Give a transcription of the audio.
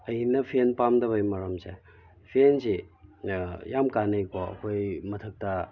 ꯑꯩꯅ ꯐꯦꯟ ꯄꯥꯝꯗꯕꯒꯤ ꯃꯔꯝꯁꯦ ꯐꯦꯟꯁꯤ ꯌꯥꯝꯅ ꯀꯥꯅꯩꯀꯣ ꯑꯩꯈꯣꯏ ꯃꯊꯛꯇ